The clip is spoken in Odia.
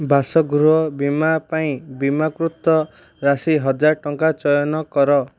ବାସଗୃହ ବୀମା ପାଇଁ ବୀମାକୃତ ରାଶି ହଜାର ଟଙ୍କା ଚୟନ କର